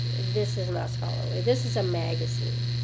this isn't ah scholarly, this is a magazine.